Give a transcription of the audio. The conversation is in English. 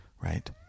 right